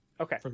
Okay